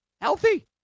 healthy